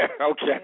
Okay